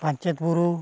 ᱯᱟᱧᱪᱮᱛ ᱵᱩᱨᱩ